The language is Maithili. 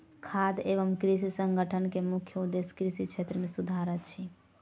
खाद्य एवं कृषि संगठन के मुख्य उदेश्य कृषि क्षेत्र मे सुधार अछि